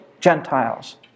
Gentiles